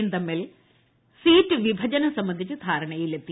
യും തമ്മിൽ സീറ്റ് വിഭജനം സംബന്ധിച്ച് ധാരണയിലെത്തി